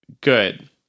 good